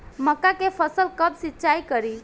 मका के फ़सल कब सिंचाई करी?